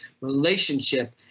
relationship